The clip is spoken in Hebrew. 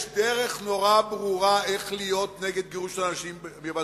יש דרך נורא ברורה איך להיות נגד גירוש של אנשים מבתיהם,